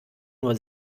nur